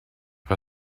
her